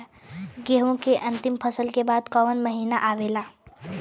गेहूँ के अंतिम फसल के बाद कवन महीना आवेला?